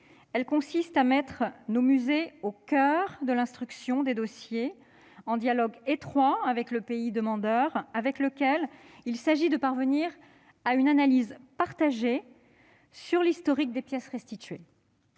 Elle consiste à mettre nos musées au coeur de l'instruction des dossiers et à instaurer un dialogue étroit avec le pays demandeur, afin de parvenir à une analyse partagée de l'historique des pièces restituées.